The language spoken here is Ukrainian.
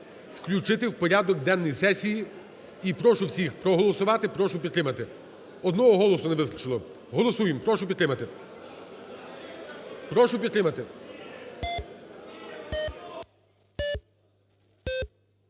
включити в порядок денний сесії. І прошу всі проголосувати, прошу підтримати, одного голосу не вистачило. Голосуємо, прошу підтримати. Прошу підтримати.